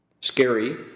Scary